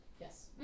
Yes